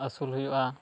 ᱟᱥᱩᱞ ᱦᱩᱭᱩᱜᱼᱟ